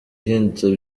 ihindutse